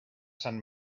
sant